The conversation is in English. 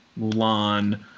Mulan